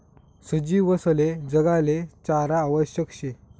सजीवसले जगाले चारा आवश्यक शे